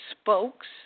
spokes